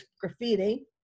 graffiti